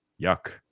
Yuck